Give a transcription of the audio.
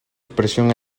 expresión